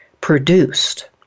produced